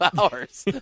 hours